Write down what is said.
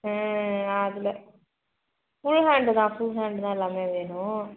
அதில் full hand தான் full hand தான் எல்லாமே வேணும்